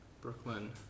Brooklyn